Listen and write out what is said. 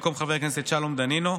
במקום חבר הכנסת שלום דנינו,